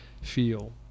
feel